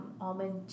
almond